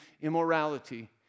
immorality